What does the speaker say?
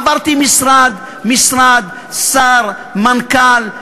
עברתי משרד משרד, שר, מנכ"ל.